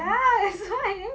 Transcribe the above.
ya that's why